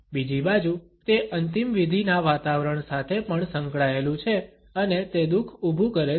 બીજી બાજુ તે અંતિમવિધિના વાતાવરણ સાથે પણ સંકળાયેલું છે અને તે દુઃખ ઉભું કરે છે